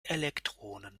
elektronen